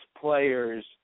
players